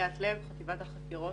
ליאת לב, חטיבת החקירות.